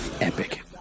epic